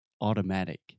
automatic